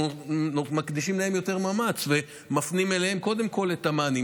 אנחנו מקדישים להם יותר מאמץ ומפנים אליהם קודם כול את המענים.